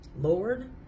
Lord